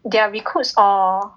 they are recruits or